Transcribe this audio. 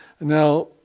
now